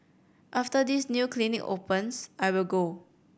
after this new clinic opens I will go